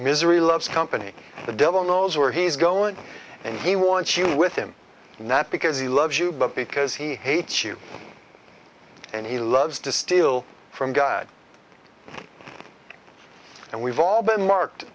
misery loves company the devil knows where he's going and he wants you with him not because he loves you but because he hates you and he loves to steal from god and we've all been marked